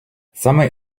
саме